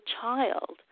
child